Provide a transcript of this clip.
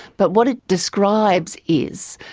but what it describes is,